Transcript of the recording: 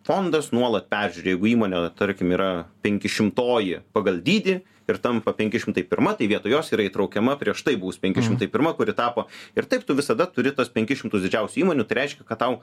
fondas nuolat peržiūri jeigu įmonė tarkim yra penkišimtoji pagal dydį ir tampa penki šimtai pirma tai vietoj jos yra įtraukiama prieš tai buvus penki šimtai pirma kuri tapo ir taip tu visada turi tuos penkis šimtus didžiausių įmonių tai reiškia kad tau